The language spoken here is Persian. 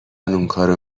اونکارو